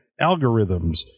algorithms